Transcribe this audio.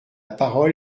parole